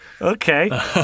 Okay